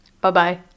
Bye-bye